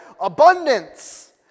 abundance